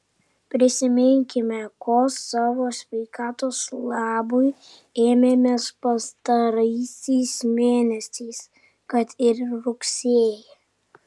prisiminkime ko savo sveikatos labui ėmėmės pastaraisiais mėnesiais kad ir rugsėjį